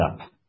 up